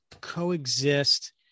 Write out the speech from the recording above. coexist